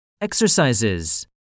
Exercises